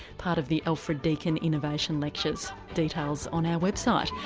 part of the alfred deakin innovation lectures details on our website.